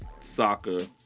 soccer